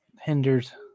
hinders